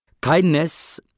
Kindness